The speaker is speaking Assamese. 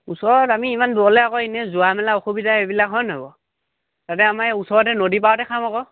ওচৰত আমি ইমান দূৰলৈ আকৌ এনেই যোৱা মেলা অসুবিধা এইবিলাক হয় নহয় বাৰু তাতে আমাৰ এই ওচৰতে নদী পাৰতে খাম আকৌ